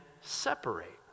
separate